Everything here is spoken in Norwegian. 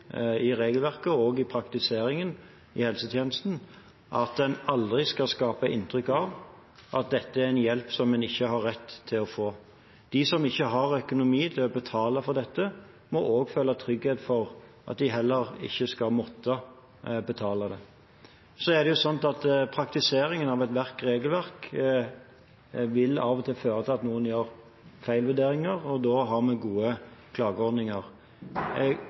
i regelverket og i praktiseringen i helsetjenesten at en aldri skal skape inntrykk av at dette er en hjelp som en ikke har rett til å få. De som ikke har økonomi til å betale for dette, må også føle trygghet for at de heller ikke skal måtte betale. Så er det slik at praktiseringen av ethvert regelverk av og til vil føre til at noen gjør feilvurderinger, og da har vi gode klageordninger.